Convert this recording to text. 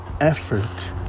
effort